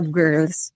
girls